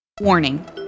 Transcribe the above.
Warning